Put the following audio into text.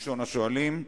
ראשון השואלים.